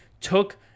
took